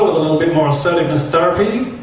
bit more assertiveness therapy.